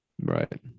Right